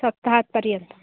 सप्ताहत् पर्यन्तम्